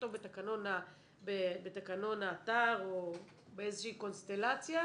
לכתוב בתקנון האתר או באיזושהי קונסטלציה,